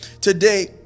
today